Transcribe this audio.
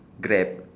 grab